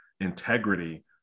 integrity